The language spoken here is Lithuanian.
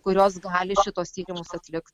kurios gali šituos tyrimus atlikt